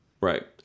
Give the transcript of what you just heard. right